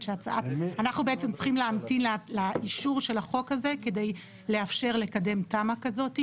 אנחנו בעצם צריכים להמתין לאישור של החוק הזה כדי לאפשר לקדם תמ"א כזאת.